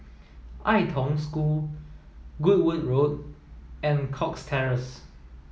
Ai Tong School Goodwood Road and Cox Terrace